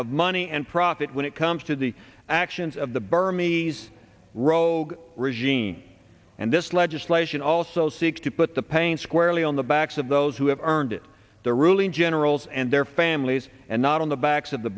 of money and profit when it comes to the actions of the berm e's rogue regime and this legislation also seeks to put the pain squarely on the backs of those who have earned it the ruling generals and their families and not on the backs of the